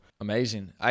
Amazing